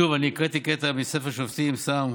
שוב, אני הקראתי קטע מספר שופטים, סתם,